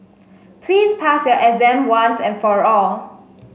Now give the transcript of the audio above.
please pass your exam once and for all